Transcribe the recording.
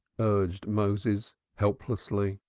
urged moses helplessly.